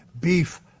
beef